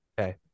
Okay